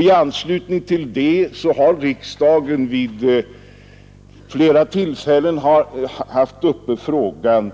I anslutning till detta har riksdagen vid flera tillfällen haft uppe den fråga